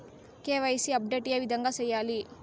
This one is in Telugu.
కె.వై.సి అప్డేట్ ఏ విధంగా సేయాలి?